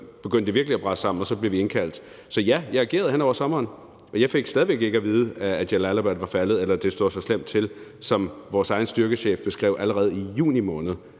begyndte det virkelig at brase sammen, og så blev vi indkaldt. Så ja, jeg agerede hen over sommeren, og jeg fik stadig væk ikke at vide, at Jalalabad var faldet, eller at det stod så slemt til, som vores egen styrkechef beskrev allerede i juni måned,